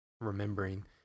remembering